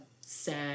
sad